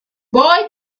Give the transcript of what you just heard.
boy